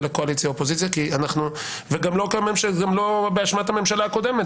לקואליציה-אופוזיציה וגם לא באשמת הממשלה הקודמת.